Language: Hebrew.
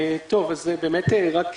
רק לנושא של